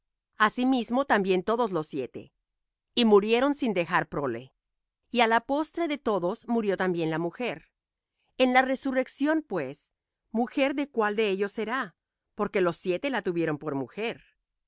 asimismo también todos siete y muerieron sin dejar prole y á la postre de todos murió también la mujer en la resurrección pues mujer de cuál de ellos será porque los siete la tuvieron por mujer